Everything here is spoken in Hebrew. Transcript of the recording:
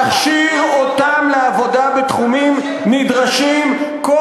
להכשיר אותם לעבודה בתחומים נדרשים כל